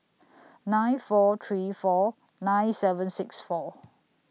nine four three four nine seven six four